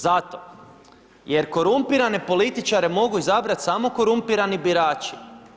Zato, jer korumpirane političare mogu izabrati samo korumpirani birači.